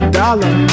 dollar